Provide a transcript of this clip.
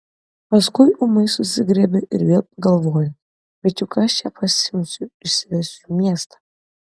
paskui ūmai susigriebė ir vėl pagalvojo bet juk aš ją pasiimsiu išsivesiu į miestą